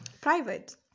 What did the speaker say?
private